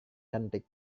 cantik